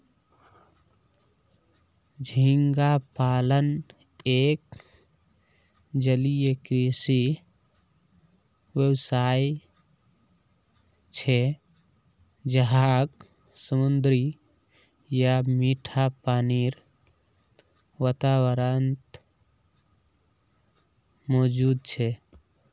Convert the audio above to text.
झींगा पालन एक जलीय कृषि व्यवसाय छे जहाक समुद्री या मीठा पानीर वातावरणत मौजूद छे